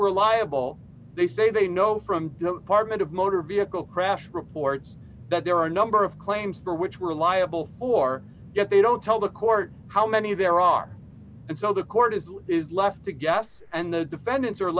we're liable they say they know from the partment of motor vehicle crash reports that there are a number of claims for which were liable or yet they don't tell the court how many there are and so the court is left to guess and the defendants